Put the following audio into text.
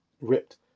ripped